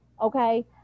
Okay